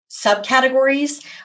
subcategories